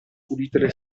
pulite